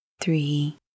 three